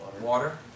water